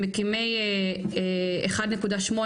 ממקימי 1.8,